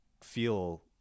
feel